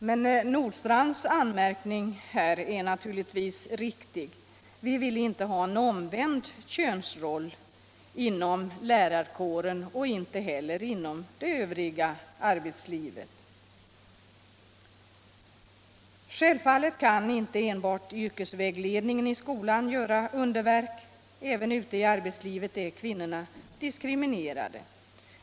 Herr Nordstrandhs anmärkning härvidlag är naturligtvis viktig; vi vill inte ha en omvänd könsroll inom lärarkåren och inte heller inom arbetslivet i övrigt. Självfallet kan inte enbart yrkesvägledningen i skolan göra underverk. Även ute i arbetslivet är kvinnorna diskriminerade.